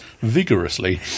Vigorously